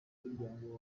muryango